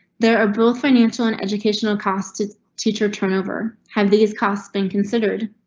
there are both financial and educational costs. teacher turnover. have these costs been considered?